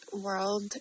world